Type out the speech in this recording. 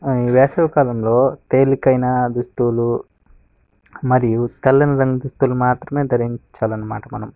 వేసవికాలంలో తేలికైన దుస్తులు మరియు తెల్లని రంగు దుస్తులు మాత్రమే ధరించాలన్నమాట మనం